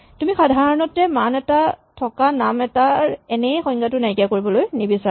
তুমি সাধাৰণতে মান এটা থকা নাম এটাৰ এনেয়ে সংজ্ঞাটো নাইকিয়া কৰিবলৈ নিবিচাৰা